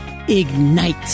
Ignite